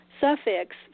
suffix